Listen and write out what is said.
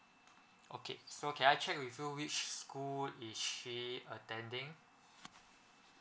okay so can I check with you which school is she attending